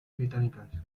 británicas